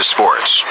Sports